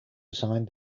assigned